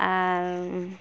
ᱟᱨ